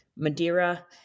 Madeira